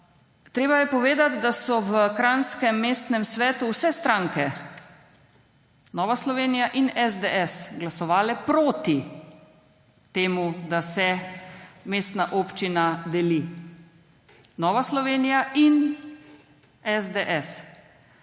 Treba je povedati, da so v kranjskem mestnem svetu vse stranke, Nova Slovenija in SDS, glasovale proti temu, da se mestna občina deli; Nova Slovenija in SDS.